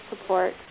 support